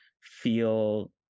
feel